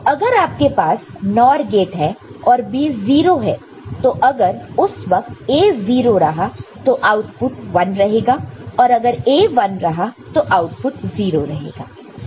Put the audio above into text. अगर आपके पास NOR गेट है और B 0 है तो अगर उस वक्त A 0 रहा तो आउटपुट 1 रहे और अगर A 1 रहा तो आउटपुट 0 रहेगा